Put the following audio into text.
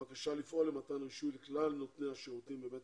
בבקשה לפעול למתן רישוי לכלל נותני השירותים בבית